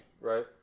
Right